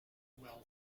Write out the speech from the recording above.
well